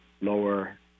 lower